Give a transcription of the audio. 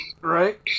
Right